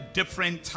different